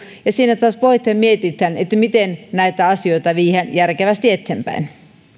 ja taas pohditaan ja mietitään miten näitä asioita viedään järkevästi eteenpäin